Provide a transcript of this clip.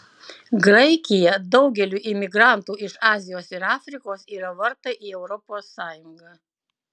graikija daugeliui imigrantų iš azijos ir afrikos yra vartai į europos sąjungą